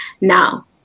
Now